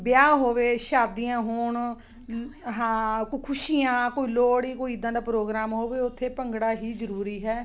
ਵਿਆਹ ਹੋਵੇ ਸ਼ਾਦੀਆਂ ਹੋਣ ਹਾਂ ਕੋਈ ਖੁਸ਼ੀਆਂ ਕੋਈ ਲੋਹੜੀ ਕੋਈ ਇੱਦਾਂ ਦਾ ਪ੍ਰੋਗਰਾਮ ਹੋਵੇ ਉੱਥੇ ਭੰਗੜਾ ਹੀ ਜ਼ਰੂਰੀ ਹੈ